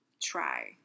try